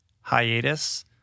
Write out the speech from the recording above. hiatus